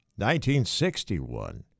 1961